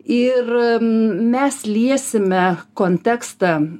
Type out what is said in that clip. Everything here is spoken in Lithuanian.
ir m mes liesime kontekstą